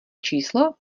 číslo